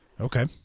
okay